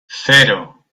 cero